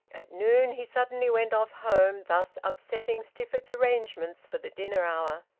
at noon he suddenly went off home, thus upsetting stifford's arrangements for the dinner-hour.